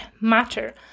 matter